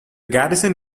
garrison